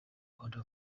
order